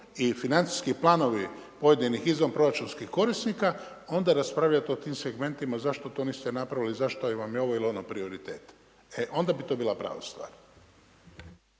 i financijski planovi pojedinih izvanproračunskih korisnika onda raspravljati o tim segmentima zašto to niste napravili, zašto vam je ovo ili ono prioritet. E onda bi to bila prava stvar.